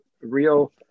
real